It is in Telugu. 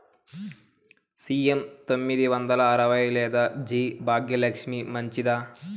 సి.ఎం తొమ్మిది వందల అరవై లేదా జి భాగ్యలక్ష్మి మంచిదా?